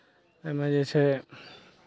एहिमे जे छै